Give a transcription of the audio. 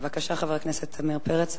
בבקשה, חבר הכנסת עמיר פרץ.